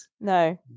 No